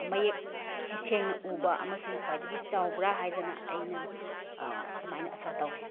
ꯃꯌꯦꯛ ꯁꯦꯡꯅ ꯎꯕ ꯑꯃꯁꯨꯡ ꯈꯋꯥꯏꯗꯒꯤ ꯆꯥꯎꯕ꯭ꯔꯥ ꯍꯥꯏꯗꯅ ꯑꯩꯅ ꯑꯗꯨꯃꯥꯏꯅ ꯑꯁꯥ ꯇꯧꯏ